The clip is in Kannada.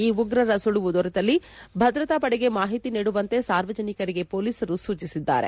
ಈ ಉಗ್ರರ ಸುಳವು ದೊರೆತಲ್ಲಿ ಭದ್ರತಾ ಪಡೆಗೆ ಮಾಹಿತಿ ನೀಡುವಂತೆ ಸಾರ್ವಜನಿಕರಿಗೆ ಪೊಲೀಸರು ಸೂಚಿಸಿದ್ದಾರೆ